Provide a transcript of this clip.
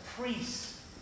priests